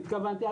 אני התכוונתי,